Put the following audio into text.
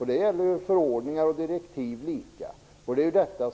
Detta gäller i lika hög grad för förordningar som för direktiv.